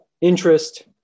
interest